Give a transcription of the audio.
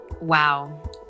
Wow